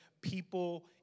people